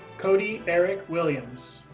cody erik williams,